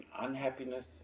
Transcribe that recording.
unhappiness